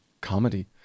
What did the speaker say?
comedy